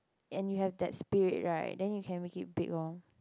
and you have that spirit right then you can make it big loh